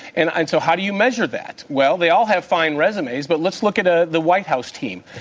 and and so how do you measure that? well, they all have fine resumes, but let's look at ah the white house team.